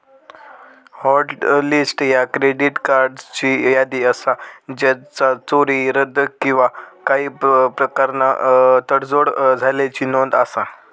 hot list ह्या credit कार्ड्सची यादी असा ज्याचा चोरी, रद्द किंवा काही प्रकारान तडजोड झाल्याची नोंद असा